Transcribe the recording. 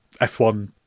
f1